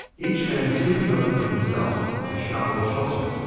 each man scooping out for himself a shallow shelter,